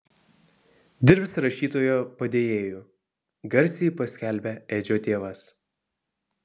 dirbs rašytojo padėjėju garsiai paskelbė edžio tėvas